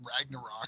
ragnarok